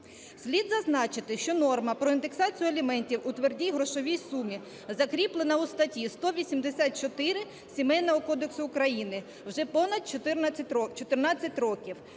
Слід зазначити, що норма про індексацію аліментів у твердій грошовій сумі закріплена у статті 184 Сімейного кодексу України вже понад 14 років.